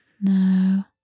No